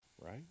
Right